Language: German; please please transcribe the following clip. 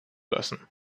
lassen